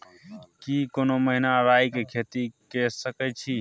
की कोनो महिना राई के खेती के सकैछी?